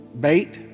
bait